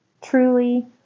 truly